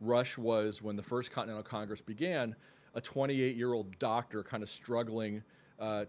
rush was when the first continental congress began a twenty eight year old doctor kind of struggling